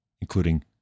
including